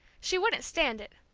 she wouldn't stand it.